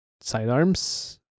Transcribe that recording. sidearms